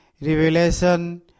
Revelation